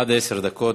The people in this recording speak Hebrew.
עד עשר דקות.